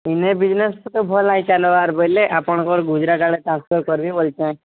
ଏନେ ବିଜନେସ୍ ତ ଭଲ ନାଇଁ ଚାଲିବାର ବୁଇଲେ ଆପଣଙ୍କର ଗୁଜରାଟ ଆଡ଼େ ଟ୍ରାନ୍ସଫର୍ କରିବି ବଲୁଛେ